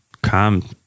come